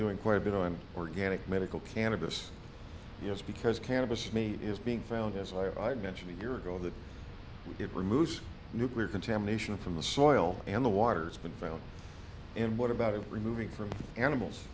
doing quite a bit on organic medical cannabis yes because cannabis me is being found as i mentioned year ago that it removes nuclear contamination from the soil and the water's been found and what about it removing from animals